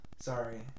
Sorry